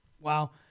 Wow